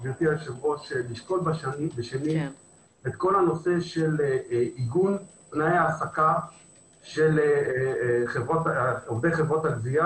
לשקול בשנית את כל הנושא של עיגון תנאי ההעסקה של עובדי חברות הגבייה,